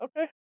Okay